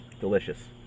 Delicious